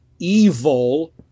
evil